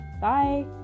Bye